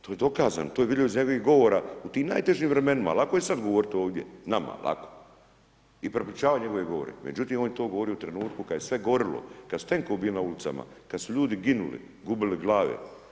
To je dokazano, to je vidljivo iz njegovih govora u tim najtežim vremena, lako je sad govoriti ovdje nama, lako, i prepričavat njegove govore, međutim on je to govorio u trenutku kad je sve gorilo, kad su tenkovi bili na ulicama, kad su ljudi ginuli, gubili glave.